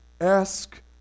ask